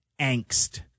angst